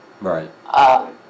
Right